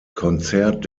konzert